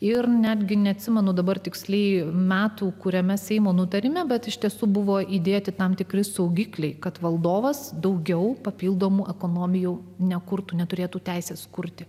ir netgi neatsimenu dabar tiksliai metų kuriame seimo nutarime bet iš tiesų buvo įdėti tam tikri saugikliai kad valdovas daugiau papildomų ekonomijų nekurtų neturėtų teisės kurti